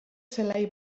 zelai